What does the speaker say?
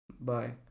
Bye